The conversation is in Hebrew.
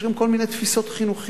יש גם כל מיני תפיסות חינוכיות,